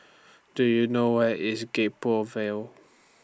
Do YOU know Where IS Gek Poh Ville